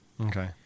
Okay